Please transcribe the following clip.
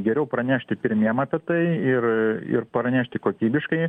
geriau pranešti tyrinėjam apie tai ir ir pranešti kokybiškai